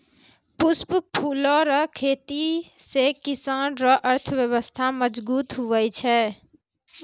पुष्प फूलो रो खेती से किसान रो अर्थव्यबस्था मजगुत हुवै छै